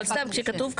אבל כשכתוב כאן,